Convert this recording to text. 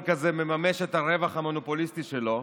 כזה מממש את הרווח המונופוליסטי שלו,